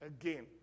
again